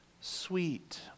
sweet